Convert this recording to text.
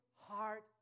heart